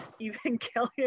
Evangelion